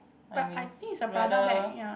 but I think is a Prada bag ya